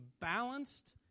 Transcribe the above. balanced